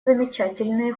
замечательные